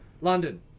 London